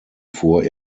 fuhr